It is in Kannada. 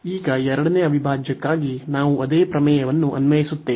ಈಗ ಎರಡನೇ ಅವಿಭಾಜ್ಯಕ್ಕಾಗಿ ನಾವು ಅದೇ ಪ್ರಮೇಯವನ್ನು ಅನ್ವಯಿಸುತ್ತೇವೆ